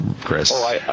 Chris